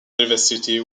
diversity